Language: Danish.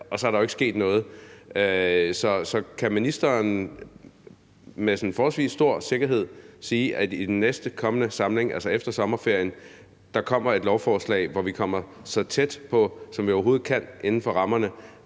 Men så er der jo ikke sket noget. Så kan ministeren med forholdsvis stor sikkerhed sige, at der i den kommende samling, altså efter sommerferien, kommer et lovforslag, hvor vi kommer så tæt på, som vi overhovedet kan, inden for rammerne